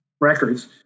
records